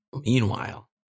Meanwhile